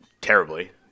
terribly